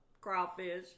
crawfish